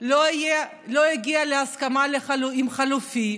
לא יגיע להסכמה עם החלופי,